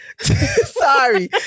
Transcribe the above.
sorry